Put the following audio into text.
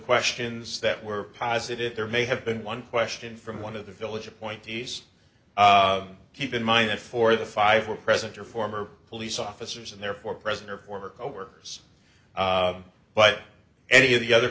questions that were pi's if there may have been one question from one of the village appointees keep in mind that for the five were present or former police officers and therefore present or former coworkers but any of the other